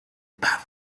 pavía